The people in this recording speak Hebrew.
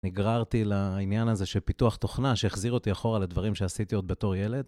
נגררתי לעניין הזה של פיתוח תוכנה שהחזיר אותי אחורה לדברים שעשיתי עוד בתור ילד.